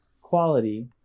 quality